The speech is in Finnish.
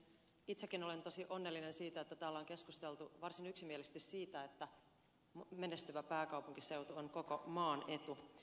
itsekin olen tosi onnellinen siitä että täällä on keskusteltu varsin yksimielisesti siitä että menestyvä pääkaupunkiseutu on koko maan etu